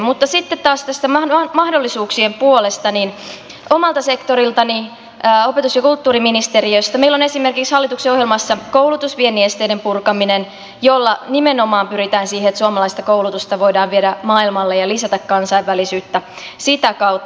mutta sitten taas mahdollisuuksien puolesta omalta sektoriltani opetus ja kulttuuriministeriöstä meillä on hallituksen ohjelmassa esimerkiksi koulutusviennin esteiden purkaminen jolla nimenomaan pyritään siihen että suomalaista koulutusta voidaan viedä maailmalle ja lisätä kansainvälisyyttä sitä kautta